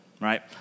Right